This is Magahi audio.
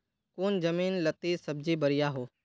कौन जमीन लत्ती सब्जी बढ़िया हों?